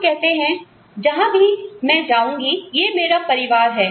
हम कहते हैं जहां भी मैं जाऊंगी यह मेरा परिवार है